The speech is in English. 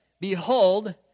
behold